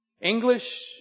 English